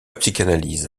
psychanalyse